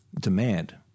demand